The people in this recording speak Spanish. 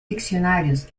diccionarios